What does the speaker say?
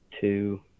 Two